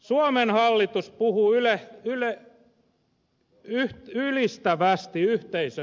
suomen hallitus puhuu ylistävästi yhteisömenetelmästä